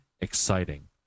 exciting